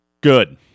good